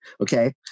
okay